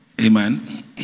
amen